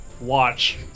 watch